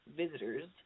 visitors